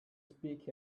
speak